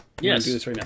yes